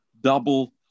double